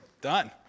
done